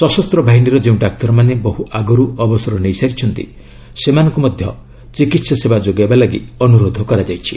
ସଶସ୍ତ ବାହିନୀର ଯେଉଁ ଡାକ୍ତରମାନେ ବହୁ ଆଗରୁ ଅବସର ନେଇ ସାରିଛନ୍ତି ସେମାନଙ୍କୁ ମଧ୍ୟ ଚିକିତ୍ସା ସେବା ଯୋଗାଇବା ଲାଗି ଅନୁରୋଧ କରାଯାଇଛି